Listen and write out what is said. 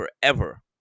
forever